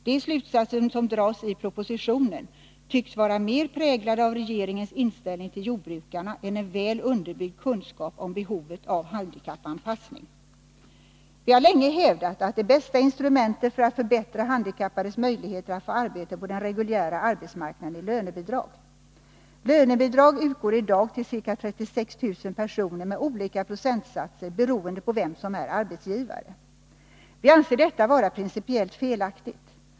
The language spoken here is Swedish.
De slutsatser som dras i propositionen tycks vara mer präglade av regeringens inställning till jordbrukarna än av en väl underbyggd kunskap om behovet av handikappanpassning. Vi har länge hävdat att det bästa instrumentet för att förbättra handikappades möjligheter att få arbete på den reguljära arbetsmarknaden är lönebidrag. Lönebidrag utgår i dag till ca 36 000 personer med olika procentsatser beroende på vem som är arbetsgivare. Vi anser detta vara principiellt felaktigt.